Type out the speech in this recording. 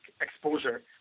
exposure